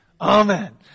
Amen